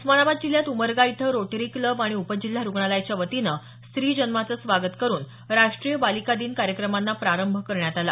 उस्मानाबाद जिल्ह्यात उमरगा इथं rotary club आणि उपजिल्हा रुग्णालयाच्या वतीनं स्त्री जन्माचं स्वागत करून राष्ट्रीय बालिका दिन कार्यक्रमाना प्रारंभ करण्यात आला